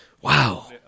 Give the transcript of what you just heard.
Wow